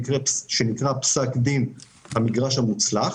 פסק דין המגרש המוצלח,